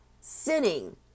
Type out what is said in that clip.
sinning